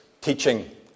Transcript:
teaching